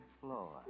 floor